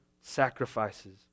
sacrifices